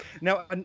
Now